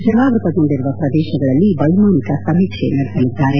ಜಲಾವೃತಗೊಂಡಿರುವ ಪ್ರದೇಶಗಳಲ್ಲಿ ವೈಮಾನಿಕ ಸಮೀಕ್ಷೆ ನಡೆಸಲಿದ್ದಾರೆ